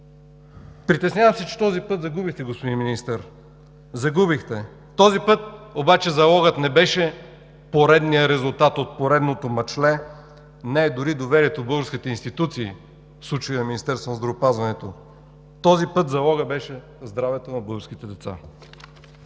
Притеснявам се, че този път загубихте, господин Министър. Загубихте! Този път обаче залогът не беше поредният резултат от поредното мачле, не е дори доверието в българските институции – в случая Министерството на здравеопазването. Този път залогът беше здравето на българските деца.